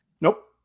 Nope